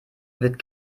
wird